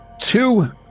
two